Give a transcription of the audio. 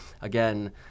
again